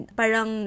parang